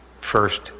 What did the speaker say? first